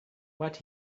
what